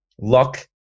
luck